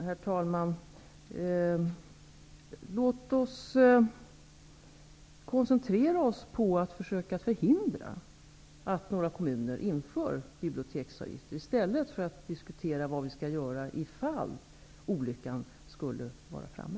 Herr talman! Låt oss koncentrera oss på att försöka förhindra att några kommuner inför biblioteksavgifter i stället för att diskutera vad vi skall göra ifall olyckan skulle vara framme.